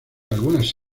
algunas